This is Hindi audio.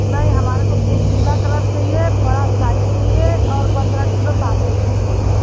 नहीं हमारे को फूल पीला कलर चाहिए बड़ा साइज चाहिए और पंद्रह किलो ताजे फूल चाहिए